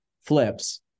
flips